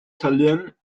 tallinn